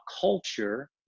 culture